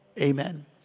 Amen